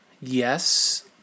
yes